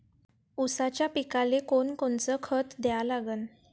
ऊसाच्या पिकाले कोनकोनचं खत द्या लागन?